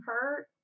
hurt